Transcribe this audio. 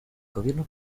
gobierno